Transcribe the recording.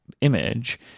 image